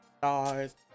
stars